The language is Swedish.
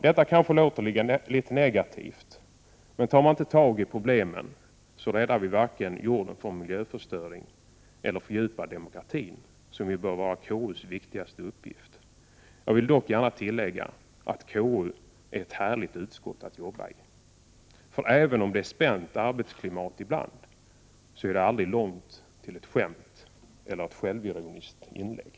Detta låter kanske litet negativt, men tar man inte tag i problemen räddar vi varken jorden från miljöförstöring eller fördjupar demokratin, vilket ju bör vara KU:s viktigaste uppgift. Jag vill dock gärna tillägga att KU är ett härligt utskott att jobba i, för även om det ibland är ett spänt arbetsklimat, är det aldrig långt till ett skämt eller ett självironiskt inlägg.